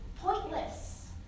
pointless